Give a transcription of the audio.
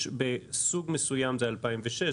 בסוג מסוים זה 2006,